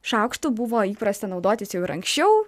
šaukštu buvo įprasta naudotis jau ir anksčiau